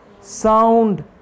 sound